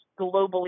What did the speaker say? globally